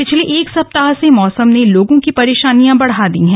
पिछले एक सप्ताह से मौसम ने लोगों की परेशानी बढ़ा दी है